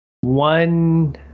one